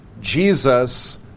Jesus